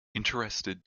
interested